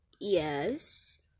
Yes